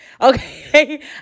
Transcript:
okay